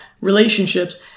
relationships